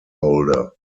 holder